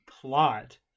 plot